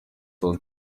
son